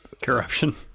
corruption